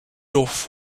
off